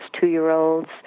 two-year-olds